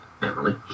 Emily